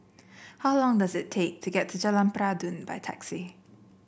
how long does it take to get to Jalan Peradun by taxi